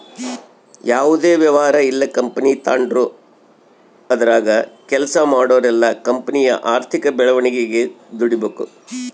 ಯಾವುದೇ ವ್ಯವಹಾರ ಇಲ್ಲ ಕಂಪನಿ ತಾಂಡ್ರು ಅದರಾಗ ಕೆಲ್ಸ ಮಾಡೋರೆಲ್ಲ ಕಂಪನಿಯ ಆರ್ಥಿಕ ಬೆಳವಣಿಗೆಗೆ ದುಡಿಬಕು